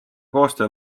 koostöö